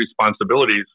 responsibilities